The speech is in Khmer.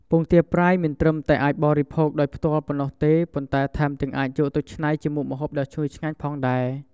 ពងទាប្រៃមិនត្រឹមតែអាចបរិភោគដោយផ្ទាល់ប៉ុណ្ណោះទេ ប៉ុន្តែថែមទាំងអាចយកទៅច្នៃជាមុខម្ហូបដ៏ឈ្ងុយឆ្ងាញ់ផងដែរ។